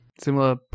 Similar